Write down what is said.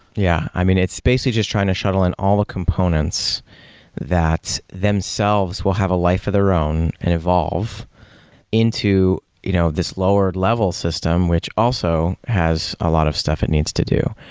yeah. i mean, it's basically just trying to shuttle in all the components that themselves will have a life of their own and evolve into you know this lower level system, which also has a lot of stuff it needs to do,